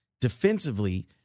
Defensively